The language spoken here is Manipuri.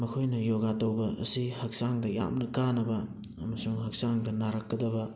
ꯃꯈꯣꯏꯅ ꯌꯣꯒꯥ ꯇꯧꯕ ꯑꯁꯤ ꯍꯛꯆꯥꯡꯗ ꯌꯥꯝꯅ ꯀꯥꯟꯅꯕ ꯑꯃꯁꯨꯡ ꯍꯛꯆꯥꯡꯗ ꯅꯥꯔꯛꯀꯗꯕ